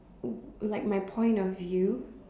w~ like my point of view